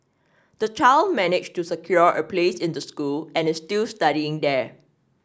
the child managed to secure a place in the school and is still studying there